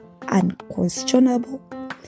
unquestionable